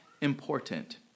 important